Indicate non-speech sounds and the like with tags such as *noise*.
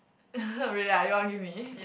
*laughs* really ah you want give me